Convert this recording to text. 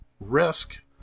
risk